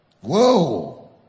Whoa